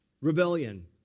Rebellion